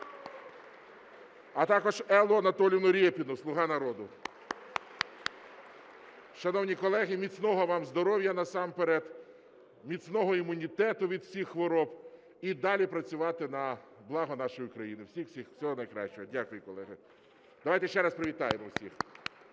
а також Еллу Анатоліївну Рєпіну, "Слуга народу" (Оплески) . Шановні колеги, міцного вам здоров'я насамперед, міцного імунітету від всіх хвороб і далі працювати на благо нашої країни. Всього найкращого. Дякую, колеги. Давайте ще раз привітаємо всіх.